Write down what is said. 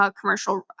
commercial